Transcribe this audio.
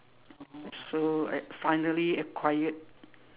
so I finally acquired